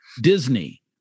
Disney